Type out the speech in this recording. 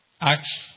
Acts